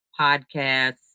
podcasts